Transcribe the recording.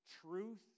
truth